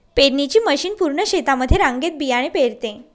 पेरणीची मशीन पूर्ण शेतामध्ये रांगेत बियाणे पेरते